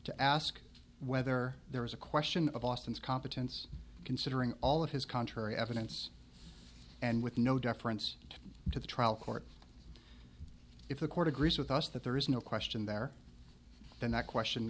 to ask whether there is a question of austin's competence considering all of his contrary evidence and with no deference to the trial court if the court agrees with us that there is no question there then that question